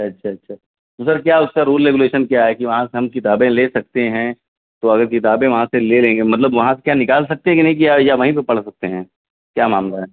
اچھا اچھا تو سر کیا اس کا رول ریگولیشن کیا ہے کہ وہاں سے ہم کتابیں لے سکتے ہیں تو اگر کتابیں وہاں سے لے لیں گے مطلب وہاں سے کیا نکال سکتے ہیں کہ نہیں کہ یا وہیں پہ پڑھ سکتے ہیں کیا معاملہ ہے